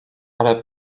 ale